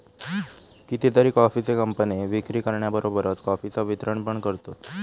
कितीतरी कॉफीचे कंपने विक्री करण्याबरोबरच कॉफीचा वितरण पण करतत